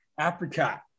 Apricot